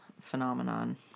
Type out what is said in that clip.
phenomenon